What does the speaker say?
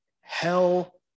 hell